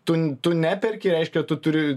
tu tu neperki reiškia tu turi